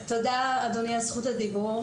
תודה, אדוני, על זכות הדיבור.